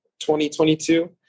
2022